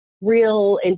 real